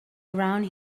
around